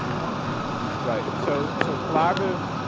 what could be right, so so collaborative